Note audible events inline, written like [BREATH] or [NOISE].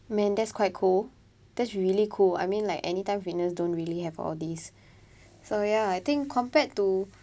man that's quite cool that's really cool I mean like anytime fitness don't really have all these [BREATH] so ya I think compared to